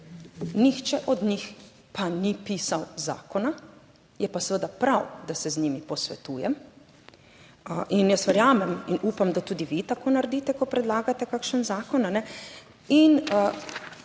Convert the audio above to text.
Nihče od njih pa ni pisal zakona, je pa seveda prav, da se z njimi posvetujem. In jaz verjamem in upam, da tudi vi tako naredite, ko predlagate kakšen zakon,